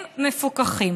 הם מפוקחים.